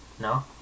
no